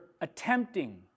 attempting